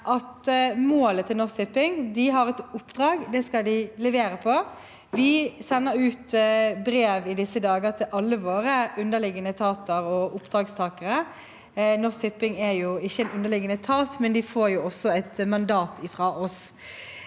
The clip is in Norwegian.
målet til Norsk Tipping: De har et oppdrag, og det skal de levere på. I disse dager sender vi ut brev til alle våre underliggende etater og oppdragstakere. Norsk Tipping er ikke en underliggende etat, men de får også et mandat fra oss.